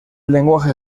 lenguaje